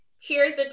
Cheers